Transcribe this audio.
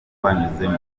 twanyuzemo